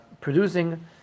producing